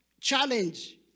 challenge